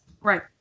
Right